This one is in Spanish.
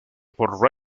por